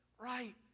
right